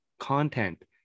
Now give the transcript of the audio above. content